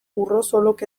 urrosolok